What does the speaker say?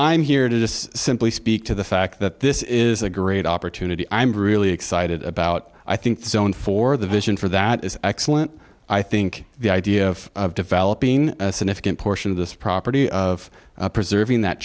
i'm here to just simply speak to the fact that this is a great opportunity i'm really excited about i think the tone for the vision for that is excellent i think the idea of developing a significant portion of this property of preserving that